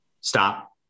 stop